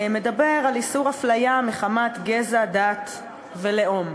מדבר על איסור הפליה מחמת גזע, דת ולאום.